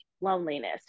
loneliness